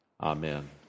Amen